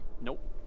Nope